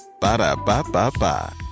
Ba-da-ba-ba-ba